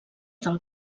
del